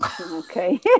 Okay